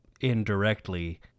indirectly